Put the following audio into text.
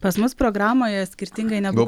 pas mus programoje skirtingai negu